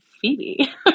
Phoebe